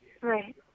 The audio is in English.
Right